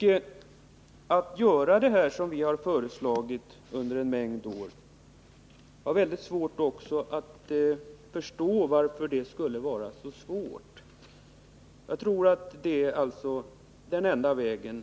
Jag kan inte förstå varför det skulle vara så svårt att göra detta som vi har föreslagit under en mängd år. Jag tror alltså att det är den enda vägen.